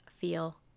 feel